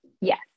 Yes